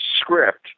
script